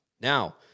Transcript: now